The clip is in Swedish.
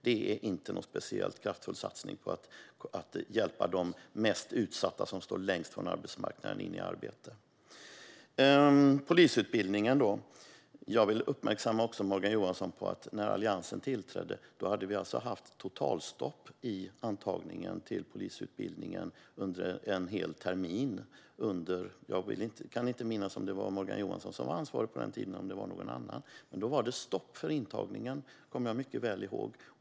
Det är inte någon speciellt kraftfull satsning på att hjälpa de mest utsatta som står längst från arbetsmarknaden in i arbete. När det gäller polisutbildningen vill jag uppmärksamma Morgan Johansson på att när Alliansen tillträdde hade vi haft totalstopp i antagningen till polisutbildningen under en hel termin. Jag kan inte minnas om det var Morgan Johansson som var ansvarig på den tiden eller om det var någon annan. Men då var det stopp för intagningen; det kommer jag mycket väl ihåg.